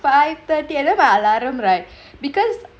five thirty I leave a alarm right because